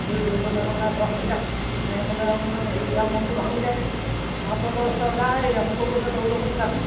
সেই দৌৰ চৌৰ মাৰিব নালাগে থ শুই থাক সেনেকৈ ক'লে আৰু মানে হেই সিয়াৰ মনটো ভাঙি যায় মাক বাপেকৰ ওচৰত যা এই আমুকৰ গৈছে তয়ো লগতো যাচোন